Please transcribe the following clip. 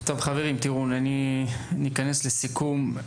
חברים, ניכנס לסיכום.